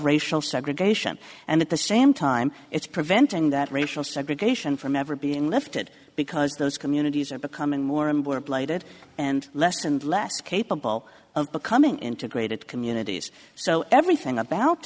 racial segregation and at the same time it's preventing that racial segregation from ever being lifted because those communities are becoming more and more blighted and less and less capable of becoming integrated communities so everything about